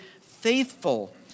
faithful